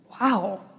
Wow